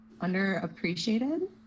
underappreciated